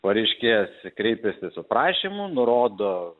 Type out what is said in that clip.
pareiškėjas kreipiasi su prašymu nurodo